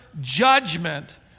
judgment